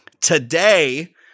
Today